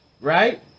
Right